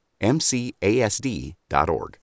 mcasd.org